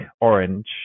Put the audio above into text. orange